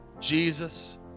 Jesus